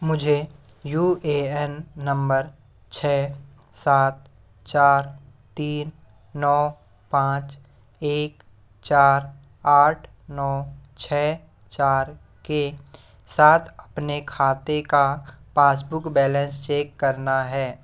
मुझे U A N number छः सात चार तीन नौ पाँच एक चार आठ नौ छः चार के साथ अपने खाते का पासबुक बैलेंस चेक करना है